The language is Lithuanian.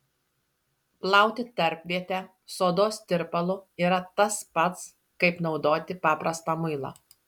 plauti tarpvietę sodos tirpalu yra tas pats kaip naudoti paprastą muilą